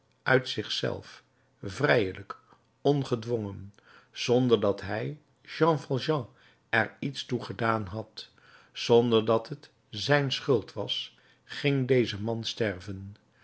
uit zich zelf vrijelijk ongedwongen zonder dat hij jean valjean er iets toe gedaan had zonder dat het zijn schuld was ging deze man sterven